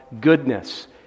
goodness